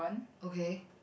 okay